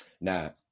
now